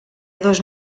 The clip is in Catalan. dos